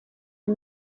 iyo